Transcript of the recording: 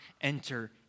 enter